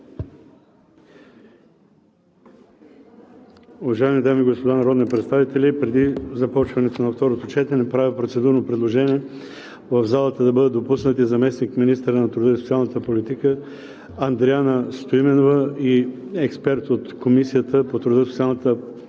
Уважаеми дами и господа народни представители, преди започването на второто четене правя процедурно предложение в залата да бъдат допуснати заместник-министърът на труда и социалната политика Андриана Стоименова, и експертът от Комисията по труда и социалната политика